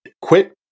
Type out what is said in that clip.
Quit